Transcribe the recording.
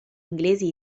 inglesi